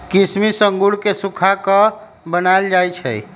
किशमिश अंगूर के सुखा कऽ बनाएल जाइ छइ